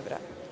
evra. Kao